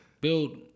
Build